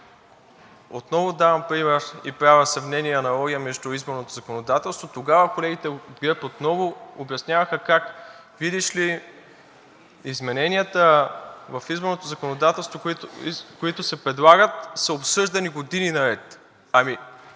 отново давам пример и правя сравнение и аналогия между изборното законодателство, тогава колегите от ГЕРБ отново обясняваха как, видиш ли, измененията в изборното законодателство, които се предлагат, са обсъждани години наред. По